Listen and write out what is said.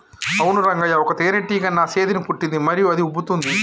అవును రంగయ్య ఒక తేనేటీగ నా సేతిని కుట్టింది మరియు అది ఉబ్బుతోంది